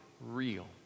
real